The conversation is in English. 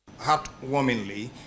Heartwarmingly